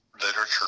literature